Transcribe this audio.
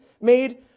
made